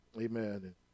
amen